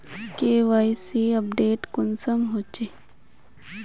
KYC update कुंसम होचे?